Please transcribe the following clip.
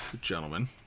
gentlemen